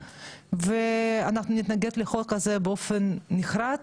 ואנחנו נתנגד לחוק הזה באופן נחרץ